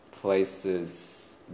places